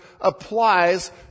applies